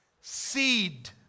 seed